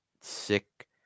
sick